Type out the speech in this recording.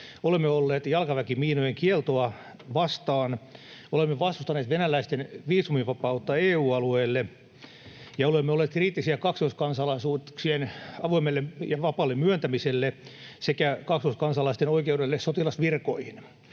Olemme olleet jalkaväkimiinojen kieltoa vastaan. Olemme vastustaneet venäläisten viisumivapautta EU-alueelle ja olemme olleet kriittisiä kaksoiskansalaisuuksien avoimelle ja vapaalle myöntämiselle sekä kaksoiskansalaisten oikeudelle sotilasvirkoihin.